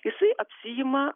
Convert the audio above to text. jisai apsiima